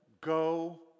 Go